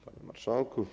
Panie Marszałku!